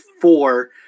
four